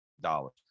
dollars